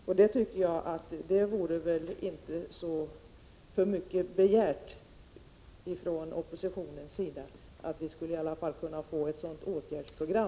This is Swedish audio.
Jag tycker att detta inte är för mycket begärt av oppositionen. Regeringen kunde väl förelägga riksdagen ett sådant åtgärdsprogram.